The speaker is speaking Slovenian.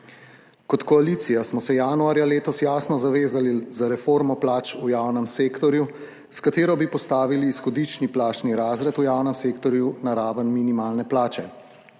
Kot koalicija smo se januarja letos jasno zavezali za reformo plač v javnem sektorju, s katero bi postavili izhodiščni plačni razred v javnem sektorju na raven minimalne plače,